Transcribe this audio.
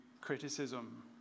criticism